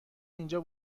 اینجا